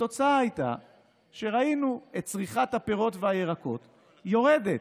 התוצאה הייתה שראינו את צריכת הפירות והירקות יורדת.